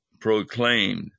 proclaimed